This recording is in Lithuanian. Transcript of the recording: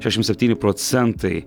šešiasdešim septyni procentai